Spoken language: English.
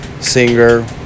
singer